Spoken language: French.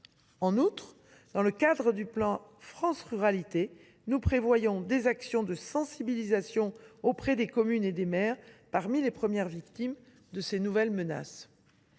En outre, dans le cadre du plan France Ruralités, nous prévoyons des actions de sensibilisation auprès des communes et des maires, parmi les premières victimes de ces nouvelles menaces.